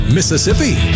Mississippi